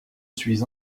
suis